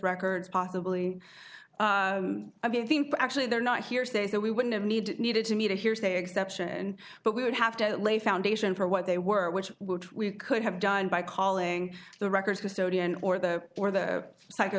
records possibly i mean i think actually they're not hearsay so we wouldn't have need needed to meet a hearsay exception but we would have to lay foundation for what they were which would we could have done by calling the records historian or the or the psycho